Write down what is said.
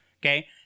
Okay